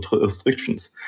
restrictions